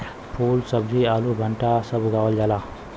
फूल सब्जी आलू भंटा सब उगावल जाला